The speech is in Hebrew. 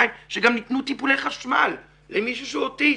שגם ניתנו טיפולי חשמל למישהו שהוא אוטיסט.